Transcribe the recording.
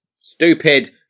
Stupid